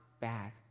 bad